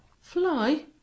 Fly